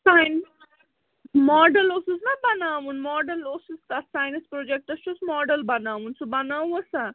sign model اوسُس نَہ بَناوُن ماڈل اوسُس تَتھ ساینَس پرٛوٚجَکٹَس چھُس ماڈل بَناوُن سُہ بَنووسا